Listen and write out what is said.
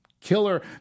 killer